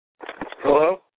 Hello